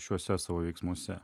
šiuose savo veiksmuose